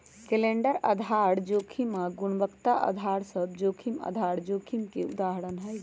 calendar आधार जोखिम आऽ गुणवत्ता अधार सभ जोखिम आधार जोखिम के उदाहरण हइ